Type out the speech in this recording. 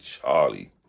Charlie